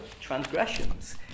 transgressions